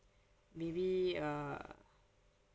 maybe err